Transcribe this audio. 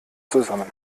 zusammen